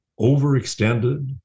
overextended